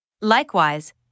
Likewise